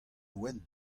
wenn